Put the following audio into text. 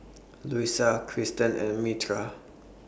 Luisa Christen and Myrta